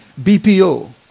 BPO